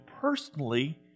personally